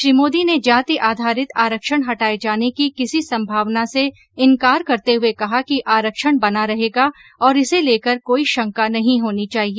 श्री मोदी ने जाति आधारित आरक्षण हटाये जाने की किसी संभावना से इनकार करते हुए कहा कि आरक्षण बना रहेगा और इसे लेकर कोई शंका नहीं होनी चाहिए